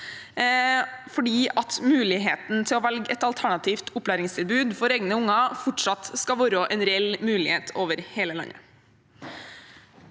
at muligheten til å velge et alternativt opplæringstilbud for egne barn fortsatt skal være en reell mulighet over hele landet.